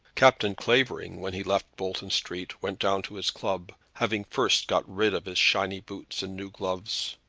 captain clavering, when he left bolton street, went down to his club, having first got rid of his shining boots and new gloves.